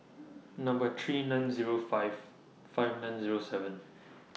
three nine Zero five five nine Zero seven